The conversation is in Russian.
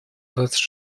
двадцать